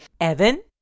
Evan